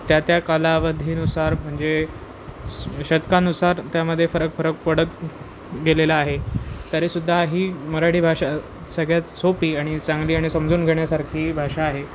त्या त्या कालावधीनुसार म्हणजे शतकानुसार त्यामध्ये फरक फरक पडत गेलेला आहे तरीसुद्धा ही मराठी भाषा सगळ्यात सोपी आणि चांगली आणि समजून घेण्यासारखी भाषा आहे